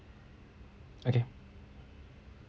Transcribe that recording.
okay